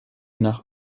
nach